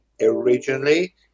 originally